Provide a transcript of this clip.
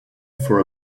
for